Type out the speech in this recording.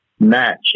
match